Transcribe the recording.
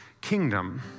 kingdom